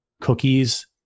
cookies